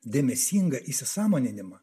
dėmesingą įsisąmoninimą